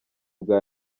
bwa